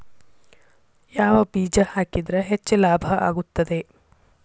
ಯಾವ ಬೇಜ ಹಾಕಿದ್ರ ಹೆಚ್ಚ ಲಾಭ ಆಗುತ್ತದೆ?